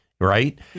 Right